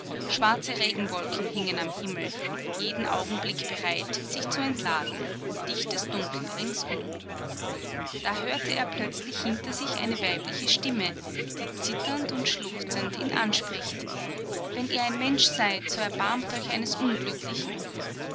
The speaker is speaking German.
schwarze regenwolken hingen am himmel jeden augenblick bereit sich zu entladen dichtes dunkel ringsum da hörte er plötzlich hinter sich eine weibliche stimme die zitternd und schluchzend ihn anspricht wenn ihr ein mensch seid so erbarmt euch eines unglücklichen